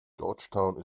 georgetown